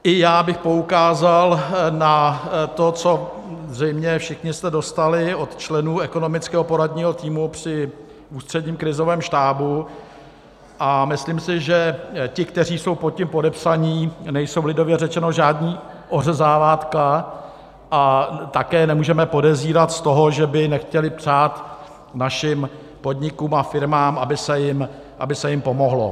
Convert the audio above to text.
I já bych poukázal na to, co jste zřejmě všichni dostali od členů ekonomického poradního týmu při Ústředním krizovém štábu, a myslím si, že ti, kteří jsou pod tím podepsaní, nejsou lidově řečeno žádný ořezávátka, a také je nemůžeme podezírat z toho, že by nechtěli přát našim podnikům a firmám, aby se jim pomohlo.